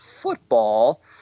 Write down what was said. football